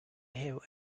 have